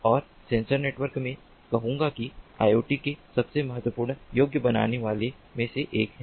और sensor network मैं कहूंगा कि IoT के सबसे महत्वपूर्ण योग्य बनाने वाले में से एक है